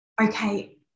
okay